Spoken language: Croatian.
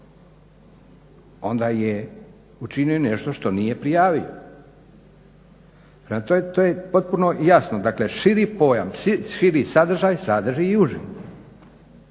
Onda je učinio nešto što nije prijavio. Prema tome, to je potpuno jasno, dakle širi pojam, širi sadržaj sadrži i uži.